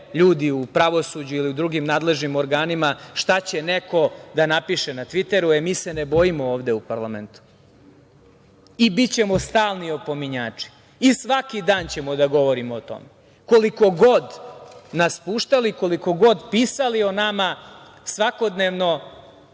ljudi u pravosuđu ili u drugim nadležnim organima šta će neko da napiše na Tviteru.E, mi se ne bojimo ovde u parlamentu i bićemo stalni opominjači i svaki dan ćemo da govorimo o tome, koliko god nas puštali, koliko god pisali o nama svakodnevno,